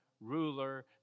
ruler